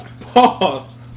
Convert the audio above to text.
Pause